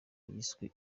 yiswe